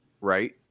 right